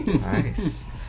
Nice